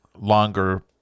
longer